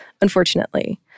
unfortunately